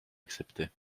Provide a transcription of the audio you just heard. acceptée